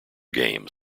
game